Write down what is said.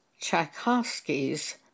Tchaikovsky's